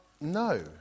no